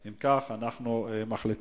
אם כך, אנחנו מחליטים,